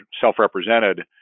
self-represented